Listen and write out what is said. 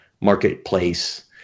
marketplace